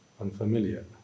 unfamiliar